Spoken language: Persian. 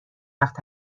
وقت